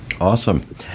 Awesome